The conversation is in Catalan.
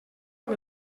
amb